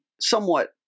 somewhat